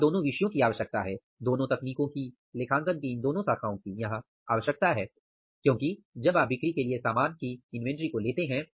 यहां दोनों विषयों की आवश्यकता है दोनों तकनीकों की लेखांकन की दोनों शाखाओं की यहां आवश्यकता है क्योंकि जब आप बिक्री के लिए सामान की इन्वेंटरी को लेते हैं